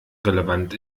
relevant